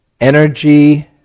energy